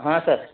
ಹಾಂ ಸರ್